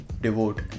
devote